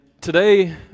today